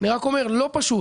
אני רק אומר, לא פשוט.